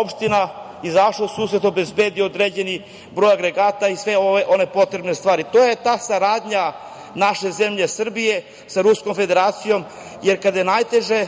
opština, izašlo u susret i obezbedio određen broj agregata i sve ostale potrebne stvari. To je ta saradnja naše zemlje Srbije sa Ruskom Federacijom, jer kada je najteže,